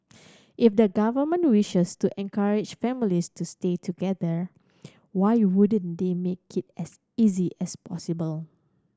if the government wishes to encourage families to stay together why you wouldn't they make it as easy as possible